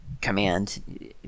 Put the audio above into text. command